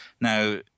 Now